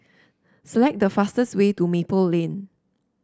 select the fastest way to Maple Lane